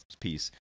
piece